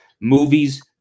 movies